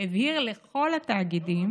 הבהיר לכל התאגידים